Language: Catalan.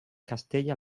castella